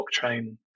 blockchain